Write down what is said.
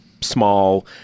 small